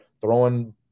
throwing